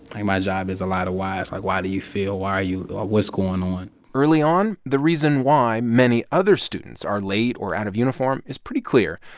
i think my job is a lot of whys. like, why do you feel? why are you or what's going on? early on, the reason why many other students are late or out of uniform is pretty clear.